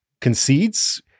concedes